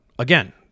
Again